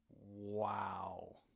wow